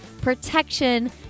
protection